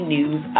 news